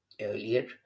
earlier